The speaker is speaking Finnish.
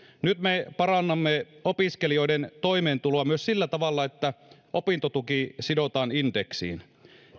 nyt me parannamme opiskelijoiden toimeentuloa myös sillä tavalla että opintotuki sidotaan indeksiin